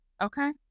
Okay